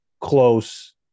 Close